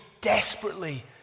desperately